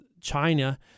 China